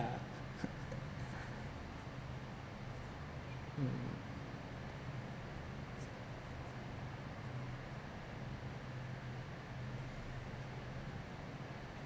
yeah mm